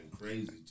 crazy